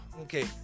Okay